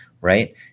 right